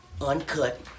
Uncut